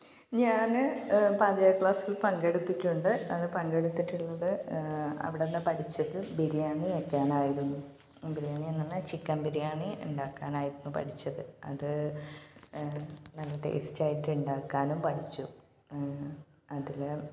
ഞാൻ പാചക ക്ലാസിൽ പങ്കെടുത്തിട്ടുണ്ട് അത് പങ്കെടുത്തിട്ടുള്ളത് അവിടുന്ന് പഠിച്ചത് ബിരിയാണി വയ്ക്കാനായിരുന്നു ബിരിയാണി ബിരിയാണി എന്ന് പറഞ്ഞാൽ ചിക്കൻ ബിരിയാണി ഉണ്ടാക്കാനായിരുന്നു പഠിച്ചത് അത് നല്ല ടേസ്റ്റ് ആയിട്ട് ഉണ്ടാക്കാനും പഠിച്ചു അതിൽ